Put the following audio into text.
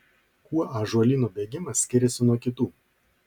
kuo ąžuolyno bėgimas skiriasi nuo kitų